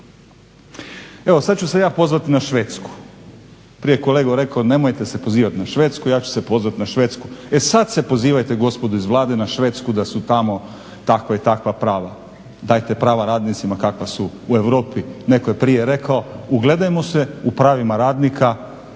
Evo sad ću se ja pozvati na Švedsku. Prije je kolega rekao nemojte se pozivati na Švedsku, ja ću se pozvat na Švedsku. E sad se pozivajte gospodo iz Vlade na Švedsku da su tamo takva i takva prava, dajte prava radnicima kakva su u Europi. Netko je prije rekao, ugledajmo se u pravim radnika